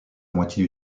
moitié